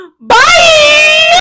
Bye